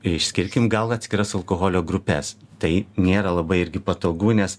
išskirkim gal atskiras alkoholio grupes tai nėra labai irgi patogu nes